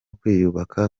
kwiyubaka